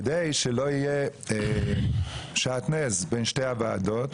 כדי שלא יהיה שעטנז בין שתי הוועדות,